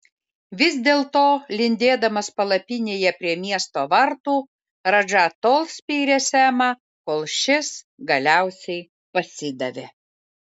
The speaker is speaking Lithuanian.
vis dėlto lindėdamas palapinėje prie miesto vartų radža tol spyrė semą kol šis galiausiai pasidavė